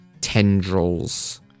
tendrils